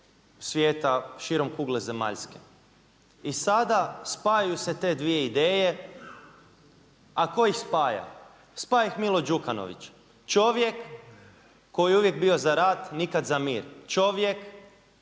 svijeta širom kugle zemaljske. I sada spajaju se te dvije ideje. A tko ih spaja? Spaja ih Milo Đukanović, čovjek koji je uvijek bio za rat, nikada za mir, čovjek